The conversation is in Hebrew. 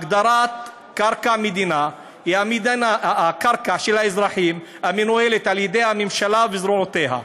הגדרת קרקע מדינה היא קרקע של האזרחים המנוהלת על ידי הממשלה וזרועותיה.